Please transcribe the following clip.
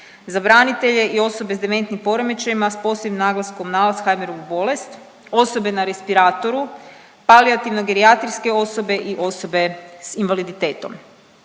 za branitelje i osobe s dementnim poremećajima s posebnim naglaskom na Alzheimerovu bolest, osobe na respiratoru, palijativno-gerijatrijske osobe i osobe s invaliditetom.